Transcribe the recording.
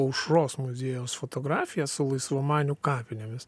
aušros muziejaus fotografiją su laisvamanių kapinėmis